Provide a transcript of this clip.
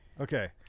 Okay